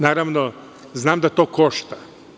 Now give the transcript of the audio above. Naravno, znam da to košta.